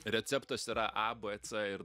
receptas yra a b c ir